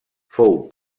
fou